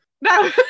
no